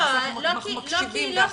אנחנו מקשיבים בהכלה.